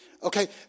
Okay